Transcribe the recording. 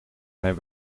mijn